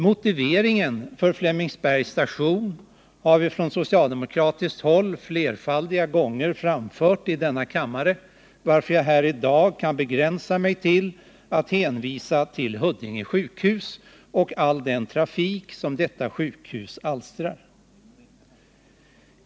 Motiveringen för denna station har vi från socialdemokratiskt håll flerfaldiga gånger framfört i denna kammare, varför jag här i dag kan begränsa mig till att hänvisa till all den trafik som Huddinge sjukhus alstrar.